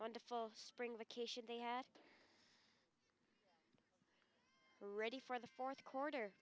wonderful spring vacation they had ready for the fourth quarter